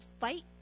fight